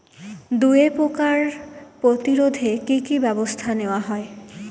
দুয়ে পোকার প্রতিরোধে কি কি ব্যাবস্থা নেওয়া হয়?